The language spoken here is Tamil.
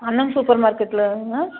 அன்னம் சூப்பர் மார்க்கெட்டுல